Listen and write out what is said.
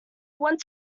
want